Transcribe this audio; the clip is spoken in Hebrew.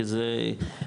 כי זה חשוב,